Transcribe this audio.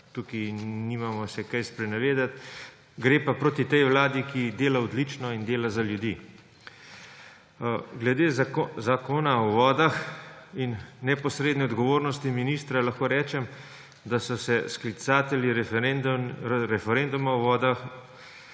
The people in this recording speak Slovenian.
Tukaj se nimamo kaj sprenevedati. Gre pa proti tej vladi, ki dela odlično in dela za ljudi. Glede Zakona o vodah in neposredne odgovornosti ministra lahko rečem, da so sklicatelji referenduma o vodah